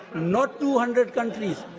not two hundred countries.